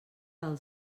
del